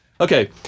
Okay